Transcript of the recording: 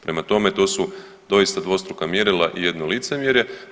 Prema tome, to su doista dvostruka mjerila i jedno licemjerje.